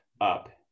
up